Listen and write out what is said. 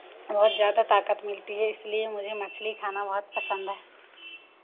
बहुत ज़्यादा ताकत मिलती है इसलिए मुझे मछ्ली खाना बहुत पसंद है